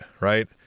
right